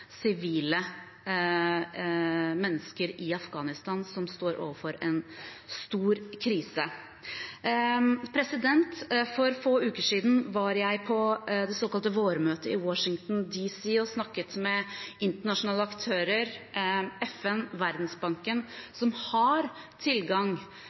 sivile mennesker i Afghanistan, som står overfor en stor krise. For få uker siden var jeg på det såkalte vårmøtet i Washington DC og snakket med internasjonale aktører, FN,